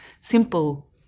simple